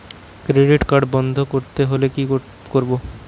Credit card বন্ধ করতে হলে কি করব?